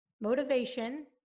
motivation